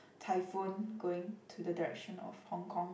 typhoon going to the direction of Hong-Kong